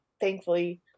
Thankfully